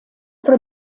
про